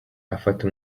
afata